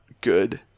good